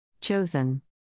Chosen